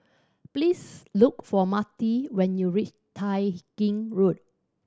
please look for Marti when you reach Tai Gin Road